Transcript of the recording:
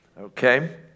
Okay